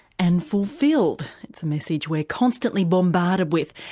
and fulfilled. a message we're constantly bombarded with,